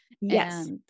Yes